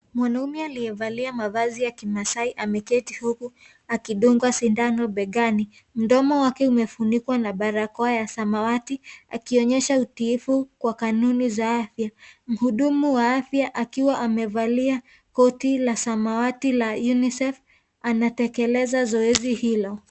Mwanaume aliyevalia mavazi ya kimasai ameketi huku akidungwa sindano begani, mdomo wake umefunikwa na barakoa ya samawati akionyesha utiifu kwa kanuni za afya mhudumu wa afya akiwa amevalia koti la samawati la UNICEF anatekeleza zoezi hilo.